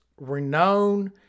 renowned